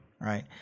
Right